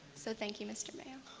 so thank you, mr. mayo.